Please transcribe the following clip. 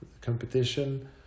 competition